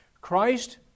Christ